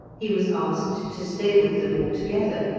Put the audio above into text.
he was asked to stay with them altogether,